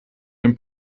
dem